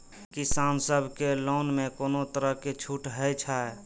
किसान सब के लोन में कोनो तरह के छूट हे छे?